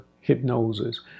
hypnosis